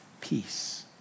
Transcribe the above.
Peace